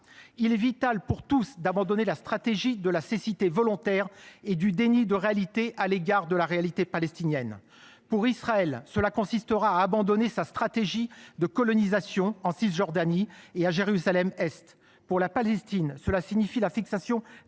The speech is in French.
Il est vital pour tous d’abandonner la stratégie de la cécité volontaire et du déni de réalité à l’égard de la situation palestinienne. Pour Israël, cela consistera à abandonner sa stratégie de colonisation en Cisjordanie et à Jérusalem Est. Pour la Palestine, cela signifie la fixation